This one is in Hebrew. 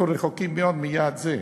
אנחנו רחוקים מאוד מיעד זה.